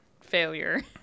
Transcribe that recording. failure